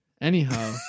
anyhow